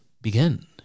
begin